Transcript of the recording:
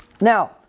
Now